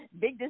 big